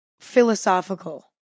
philosophical